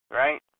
right